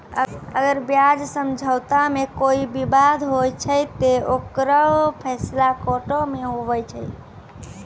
अगर ब्याज समझौता मे कोई बिबाद होय छै ते ओकरो फैसला कोटो मे हुवै छै